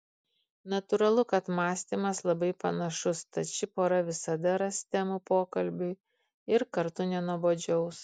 natūralu kad mąstymas labai panašus tad ši pora visada ras temų pokalbiui ir kartu nenuobodžiaus